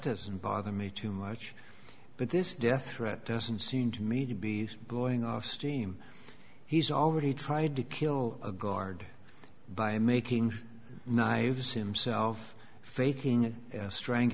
doesn't bother me too much but this death threat doesn't seem to me to be blowing off steam he's already tried to kill a guard by making naives himself faking strang